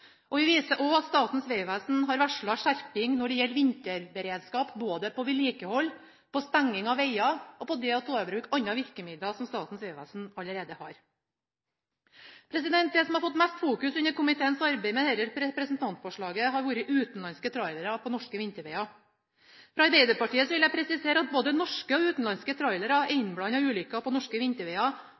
vår. Vi viser også til at Statens vegvesen har varslet skjerping når det gjelder vinterberedskap, både på vedlikehold, på stenging av veger og på det å ta i bruk andre virkemidler som Statens vegvesen allerede har. Det som har fått mest fokus under komiteens arbeid med dette representantforslaget, har vært utenlandske trailere på norske vinterveger. Fra Arbeiderpartiet vil jeg presisere at både norske og utenlandske trailere er innblandet i ulykker på norske